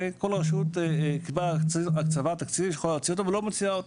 כל רשות יכולה להוציא אותו ולא מוציאה אותו.